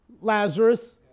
Lazarus